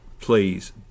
please